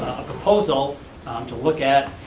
a proposal to look at,